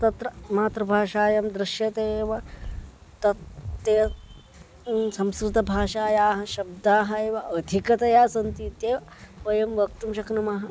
तत्र मातृभाषायां दृश्यते एव तत् एव संस्कृतभाषायाः शब्दाः एव अधिकतया सन्ति इत्येव वयं वक्तुं शक्नुमः